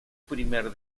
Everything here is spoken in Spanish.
primer